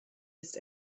ist